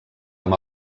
amb